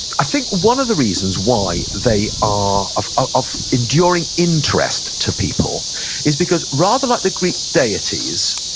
i think one of the reasons why they are of ah of enduring interest to people is because rather like the greek deities,